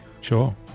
Sure